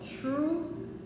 true